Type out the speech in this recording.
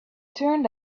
turned